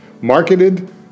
marketed